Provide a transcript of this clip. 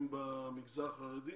במגזר החרדי?